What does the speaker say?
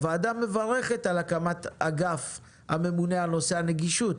הוועדה מברכת על הקמת אגף הממונה על נושא הנגישות